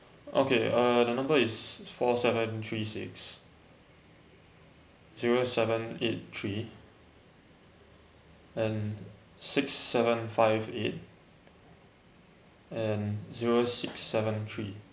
okay uh the number is four seven three six zero seven eight three and six seven five eight and zero six seven three